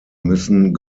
müssen